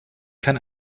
kann